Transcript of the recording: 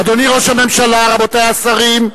אדוני ראש הממשלה, רבותי השרים,